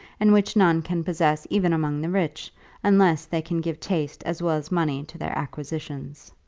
and which none can possess even among the rich unless they can give taste as well as money to their acquisition.